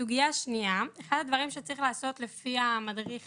סוגיה שנייה אחד הדברים שצריך לעשות לפי המדריך